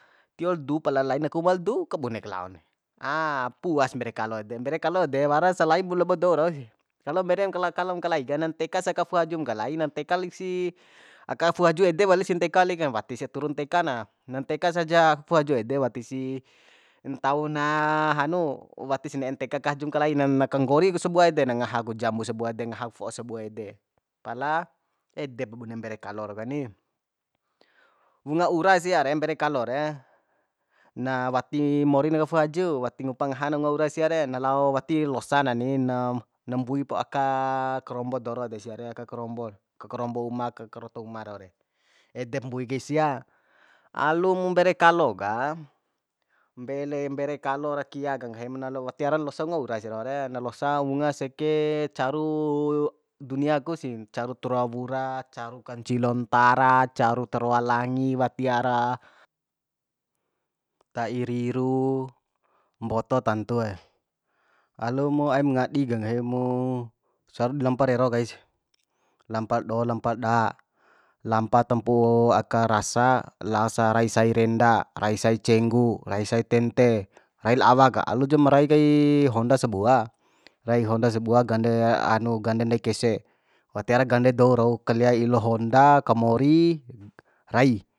Tio la du pala lain aka uma la du kabunek laon de puas mbere kalo ede mbere kalo de warasa lain labo dou rausi kalo mbere kalom kalai ka na nteka sa aka fu'u haju kalai na nteka lik si aka fu'u haju ede wali si nteka li kain wati sia turu nteka na na nteka sa ja fu'u haju ede wati si ntauna hanu watis ne'en nteka ka hajum kalai na na kanggori ku sabua ede na ngaha ku jambu sabua ede ngaha ku fo'o sabua ede pala edepa bune mbere kalo rau kani wunga ura sia re mbere kalo re na wati morina ka fu'u haju wati ngupa ngahan unga ura sia re na lao watir losa na ni na na mbuipa aka karombo doro de sia re ka karombo ka karombo uma ka karoto uma lau re edep mbui kai sia alumu mbere kalo ka mbele mbere kalo ra kia ka nggahim na watti wara losa unga ura sia doho re na losa unga seke caru dunia ku si caru taroa wura caru kancilo ntara caru taroa langi wati ara ta'i riru mboto tantue alumu aim ngadi ka nggahimu cari di lampa rero kaisi lampal do lampal da lampa tampu'u aka rasa laosa rai sai renda rai sai cenggu rai sai tente rai la awa ka alujam rai kai honda sabua raik honda sabua gande hanu gande ndai kese tiara gande dou rau kalea ilo honda kamori rai